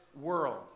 world